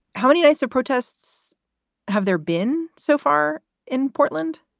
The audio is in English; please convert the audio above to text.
how many nights of protests have there been so far in portland?